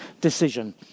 decision